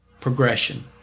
progression